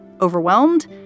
Overwhelmed